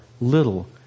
little